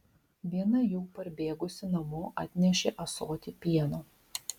viena jų parbėgusi namo atnešė ąsotį pieno